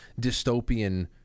dystopian